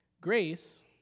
Grace